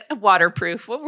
Waterproof